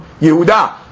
Yehuda